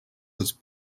was